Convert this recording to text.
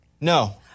No